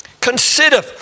consider